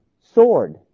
sword